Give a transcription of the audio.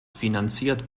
finanziert